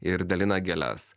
ir dalina gėles